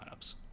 lineups